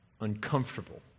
uncomfortable